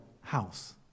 house